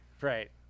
Right